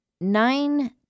nine